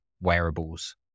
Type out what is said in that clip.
wearables